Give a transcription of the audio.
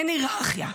אין היררכיה,